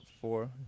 Four